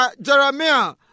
Jeremiah